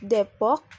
Depok